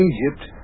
Egypt